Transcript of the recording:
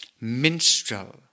minstrel